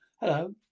Hello